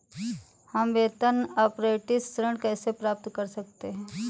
हम वेतन अपरेंटिस ऋण कैसे प्राप्त कर सकते हैं?